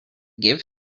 give